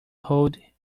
hold